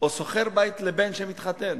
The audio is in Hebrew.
או שוכר בית לבן שמתחתן.